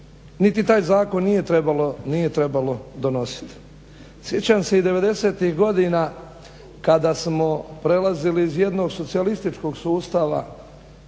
niti taj zakon nije trebalo donositi. Sjećam se i '90-ih godina kada smo prelazili iz jednog socijalističkog sustava